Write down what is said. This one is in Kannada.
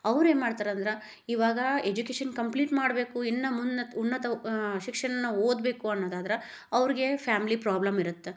ಅವ್ರೇನು ಮಾಡ್ತಾರಂದ್ರೆ ಇವಾಗ ಎಜುಕೇಶನ್ ಕಂಪ್ಲೀಟ್ ಮಾಡಬೇಕು ಇನ್ನು ಮುನ್ನ ಉನ್ನತ ಶಿಕ್ಷಣನ ಓದಬೇಕು ಅನ್ನೋದಾದ್ರೆ ಅವ್ರಿಗೆ ಫ್ಯಾಮ್ಲಿ ಪ್ರಾಬ್ಲಮ್ ಇರತ್ತೆ